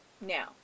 Now